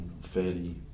fairly